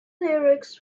lyrics